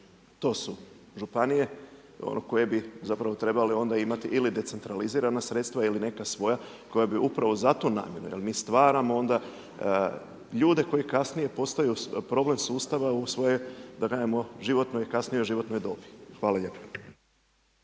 to su županije koje bi zapravo trebale onda imati ili decentralizirana sredstva ili neka svoja koja bi upravo zato…/Govornik se ne razumije/…jer mi stvaramo onda ljude koji kasnije postaju problem sustavu u svojoj, da kažemo, kasnije životnoj dobi. Hvala lijepo.